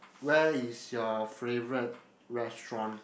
where is your favourite restaurant